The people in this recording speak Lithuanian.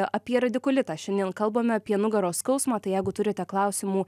apie radikulitą šiandien kalbame apie nugaros skausmą tai jeigu turite klausimų